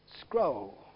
scroll